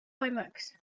climax